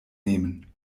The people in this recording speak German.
nehmen